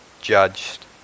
judged